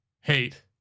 hate